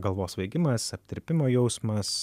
galvos svaigimas aptirpimo jausmas